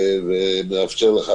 ומאפשר לך,